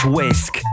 Whisk